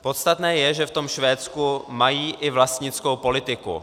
Podstatné je, že ve Švédsku mají i vlastnickou politiku.